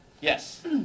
Yes